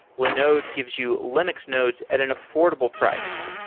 linode gives you linux nodes at an affordable price,